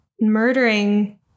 murdering